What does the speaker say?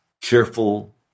careful